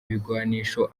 ibigwanisho